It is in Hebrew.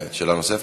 שאלה נוספת,